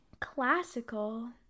Classical